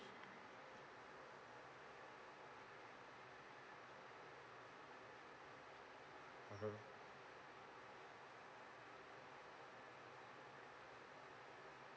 mmhmm